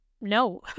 no